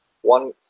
One